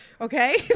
okay